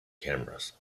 cameras